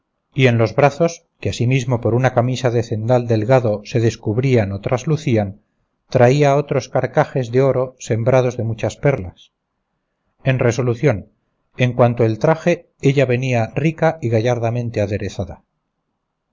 y en los brazos que asimismo por una camisa de cendal delgado se descubrían o traslucían traía otros carcajes de oro sembrados de muchas perlas en resolución en cuanto el traje ella venía rica y gallardamente aderezada